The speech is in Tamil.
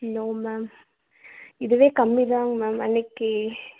நோ மேம் இதுவே கம்மிதாங்க மேம் அன்றைக்கி